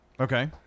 Okay